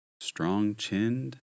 strong-chinned